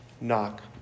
knock